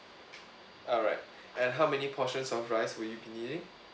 alright and how many portions of rice will you be needing